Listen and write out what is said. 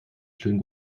schönen